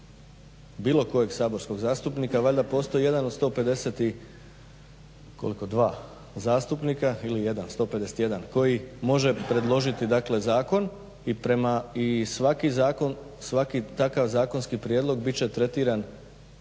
bilo kojeg saborskog zastupnika, valjda postoji jedan od 151 zastupnika koji može predložiti dakle zakon i svaki takav zakonski prijedlog bit će tretiran